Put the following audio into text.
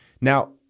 Now